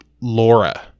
Laura